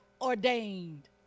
ordained